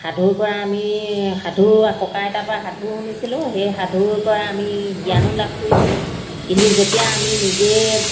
সাধুৰপৰা আমি সাধু ককা আইতাৰপৰা সাধু শুনিছিলোঁ সেই সাধুৰপৰা আমি জ্ঞানো লাভ কৰিছিলোঁ কিন্তু যেতিয়া আমি নিজে